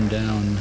down